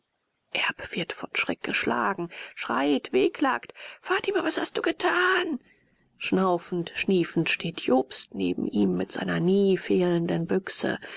erb wird von schreck geschlagen schreit wehklagt fatima was hast du getan schnaufend schniefend steht jobst neben ihm mit seiner nie fehlenden büchse